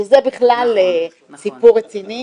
שזה בכלל סיפור רציני.